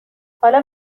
حالا